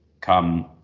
come